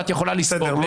ואת יכולה לספוג,